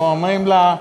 ואומרים לה: